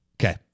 Okay